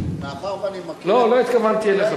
מאחר שאני מכיר, לא, לא התכוונתי אליך בכלל.